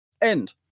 End